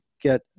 get